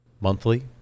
Monthly